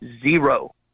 zero